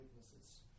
weaknesses